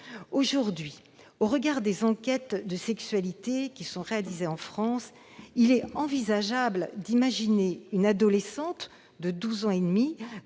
Aujourd'hui, au regard des enquêtes de sexualité réalisées en France, il est parfaitement envisageable d'imaginer une adolescente de douze ans et demi,